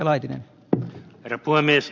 herra puhemies